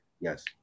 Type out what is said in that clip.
Yes